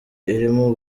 irimo